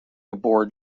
aboard